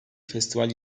festival